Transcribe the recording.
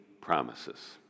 promises